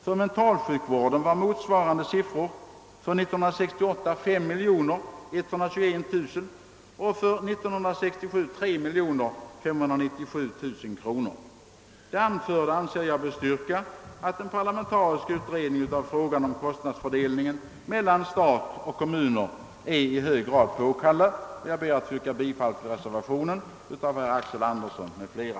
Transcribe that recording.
För mentalsjukvården var motsvarande siffror för år 1968 5121 000 kronor och för år 1967 3 597 000 kronor. Det anförda anser jag bestyrka att en parlamentarisk utredning av frågan om kostnadsfördelningen mellan stat och kommuner är i hög grad påkallad. Jag ber därför att få yrka bifall till reservationen av herr Axel Andersson m.fl.